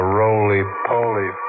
roly-poly